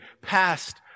past